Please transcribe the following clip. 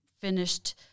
finished